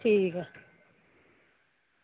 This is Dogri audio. ठीक ऐ